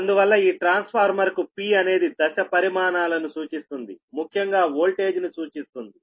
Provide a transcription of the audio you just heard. అందువల్ల ఈ transformer కు 'P' అనేది దశ పరిమాణాలను సూచిస్తుంది ముఖ్యంగా వోల్టేజ్ ని సూచిస్తుంది